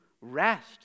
rest